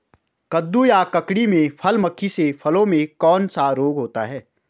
कद्दू या ककड़ी में फल मक्खी से फलों में कौन सा रोग होता है?